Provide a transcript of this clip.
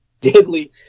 deadly